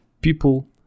People